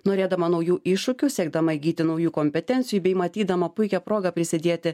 norėdama naujų iššūkių siekdama įgyti naujų kompetencijų bei matydama puikią progą prisidėti